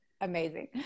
amazing